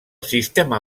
sistema